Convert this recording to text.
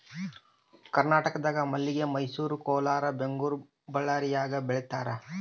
ಕರ್ನಾಟಕದಾಗ ಮಲ್ಲಿಗೆ ಮೈಸೂರು ಕೋಲಾರ ಬೆಂಗಳೂರು ಬಳ್ಳಾರ್ಯಾಗ ಬೆಳೀತಾರ